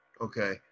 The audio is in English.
Okay